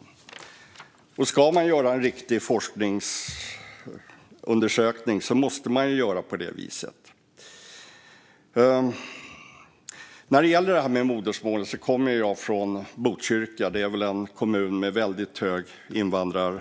Om man ska göra en riktig forskningsundersökning måste man göra på det viset. Jag kommer från Botkyrka, en kommun med väldigt hög andel